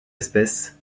espèce